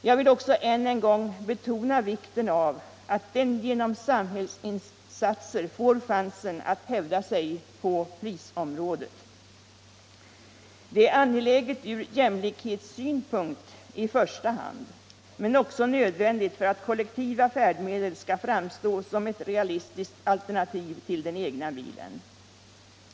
Jag vill också än en gång betona vikten av att den genom samhällsinsatser får chansen att hävda sig på prisområdet. Det är angeläget från jämlikhetssynpunkt i första hand, men det är också nödvändigt för att kollektiva färdmedel skall framstå som ett realistiskt alternativ till den egna bilen.